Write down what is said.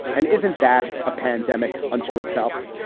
and isn't that a pandemic unto itself?